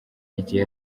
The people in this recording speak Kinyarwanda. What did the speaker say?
igihe